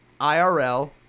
IRL